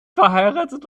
verheiratet